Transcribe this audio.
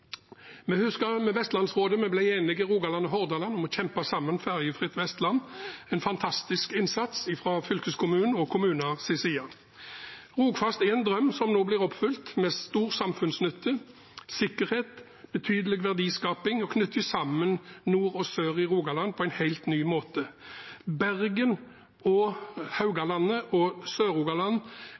Vi husker Vestlandsrådet. Vi ble enige, Rogaland og Hordaland, om å kjempe sammen for et ferjefritt vestland. Det var en fantastisk innsats fra fylkeskommunen og kommunenes side. Rogfast er en drøm som nå blir oppfylt – med stor samfunnsnytte, sikkerhet og betydelig verdiskaping, og som knytter sammen nord og sør i Rogaland på en helt ny måte. Bergen, Haugalandet og